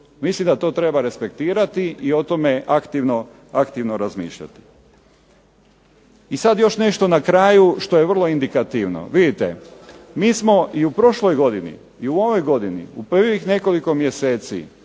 Mislim da to treba respektirati i o tome aktivno razmišljati. I sad još nešto na kraju što je vrlo indikativno. Vidite, mi smo i u prošloj godini i u ovoj godini u prvih nekoliko mjeseci